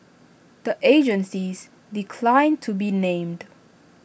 the agencies declined to be named